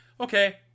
Okay